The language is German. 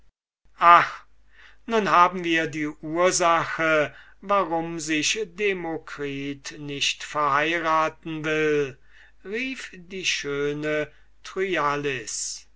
nun haben wir die ursache warum sich demokritus nicht verheiraten will rief die schöne